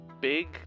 big